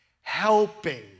Helping